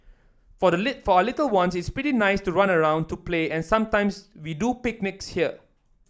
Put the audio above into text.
for the little for our little one it's pretty nice to run around to play and sometimes we do picnics here